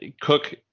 cook